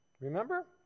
remember